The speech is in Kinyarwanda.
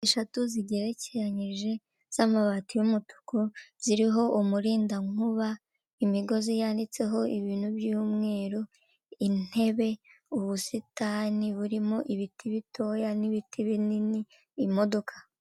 Eshatu zigerekeranyije z'amabati y'umutuku ziriho umurindankuba, imigozi yanditseho ibintu by'umweru, intebe, ubusitani burimo ibiti bitoya n'ibiti binini imodoka.